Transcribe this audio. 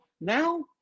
Now